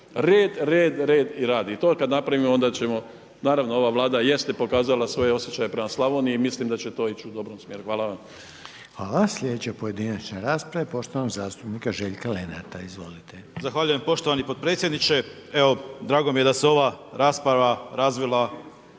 Red, red, red i rad. I to kad napravimo, onda ćemo, naravno ova Vlada jeste pokazala svoje osjećaje prema Slavoniji i mislim da će to ići u dobrom smjeru. Hvala. **Reiner, Željko (HDZ)** Hvala. Slijedeća pojedinačna rasprava je poštovanog zastupnika Željka Lenarta. **Lenart, Željko (HSS)** Zahvaljujem poštovani potpredsjedniče. Evo, drago mi je da se ova rasprava razvila